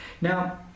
Now